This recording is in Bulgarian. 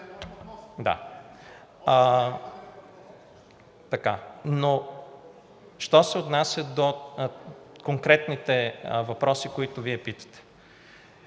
Но що се отнася до конкретните въпроси, които Вие питате.